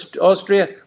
Austria